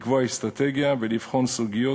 לקבוע אסטרטגיה ולבחון סוגיות,